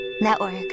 Network